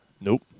Nope